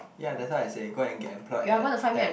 ya that's why I say go and get employed at at